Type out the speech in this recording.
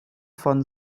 von